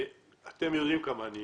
אתם יודעים כמה אני